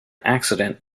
accident